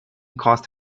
caused